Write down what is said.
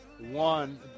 one